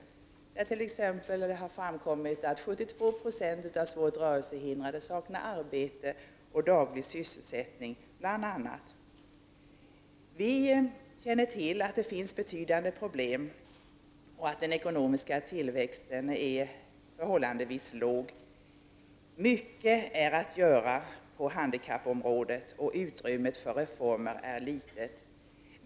Det har t.ex. framkommit att 72 Jo av de svårt rörelsehindrade saknar arbete och daglig sysselsättning. Vi känner till att det finns betydande problem och att den ekonomiska tillväxten är förhållandevis låg. Det finns mycket att göra på handikappområdet, och utrymmet för reformer är litet.